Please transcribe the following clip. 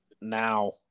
now